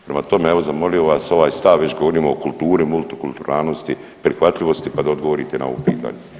Prema tome evo zamolio bih vas ovaj stav kad već govorimo o kulturi, multikulturalnosti, prihvatljivosti, pa da odgovorite na ovo pitanje.